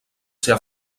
ser